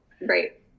Right